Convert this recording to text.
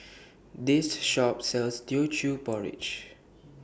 This Shop sells Teochew Porridge